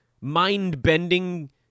mind-bending